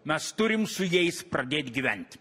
mes turim su jais pradėt gyventi